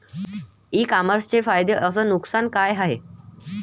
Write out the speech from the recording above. इ कामर्सचे फायदे अस नुकसान का हाये